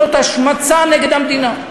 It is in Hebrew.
זאת השמצה נגד המדינה.